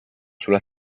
sulla